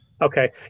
Okay